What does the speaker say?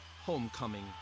homecoming